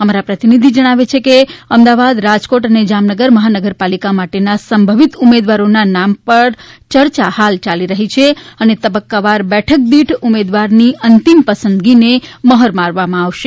અમારા પ્રતિનિધિ જણાવે છે કે અમદાવાદ રાજકોટ અને જામનગર મહાનગરપાલિકા માટેના સંભવિત ઉમેદવારોના નામ પર ચર્ચા હાલ ચાલી રહી છે અને તબક્કાવાર બેઠક દીઠ ઉમેદવારની અંતિમ પસંદગીને મહોર મારવામાં આવશે